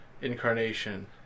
incarnation